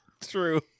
true